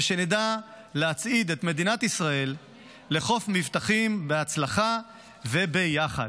ושנדע להצעיד את מדינת ישראל לחוף מבטחים בהצלחה וביחד.